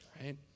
right